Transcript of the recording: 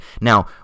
Now